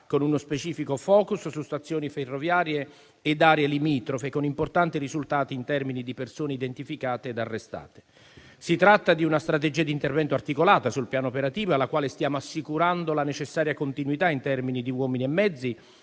con uno specifico *focus* su stazioni ferroviarie e aree limitrofe, con importanti risultati in termini di persone identificate e arrestate. Si tratta di una strategia di intervento articolata sul piano operativo e alla quale stiamo assicurando la necessaria continuità in termini di uomini e mezzi,